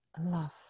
Love